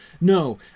No